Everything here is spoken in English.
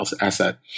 asset